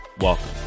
Welcome